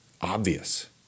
obvious